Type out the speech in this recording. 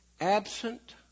absent